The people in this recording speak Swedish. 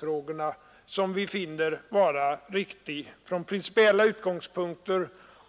Det gäller ju också att få en sådan utformning av bl.a. organisationsfrågorna